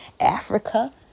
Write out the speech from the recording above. Africa